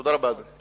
תודה רבה, אדוני.